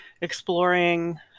exploring